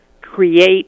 create